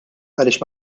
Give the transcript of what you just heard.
għaliex